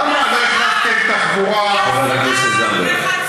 למה לא הכנסתם תחבורה, חברת הכנסת זנדברג.